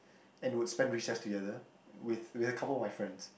and would spend recess together with with a couple of my friends